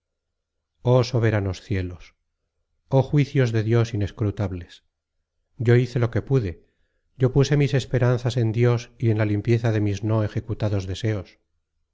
oh soberanos cielos oh juicios de dios inescrutables yo hice lo que pude yo puse mis esperanzas en dios y en la limpieza de mis no ejecutados deseos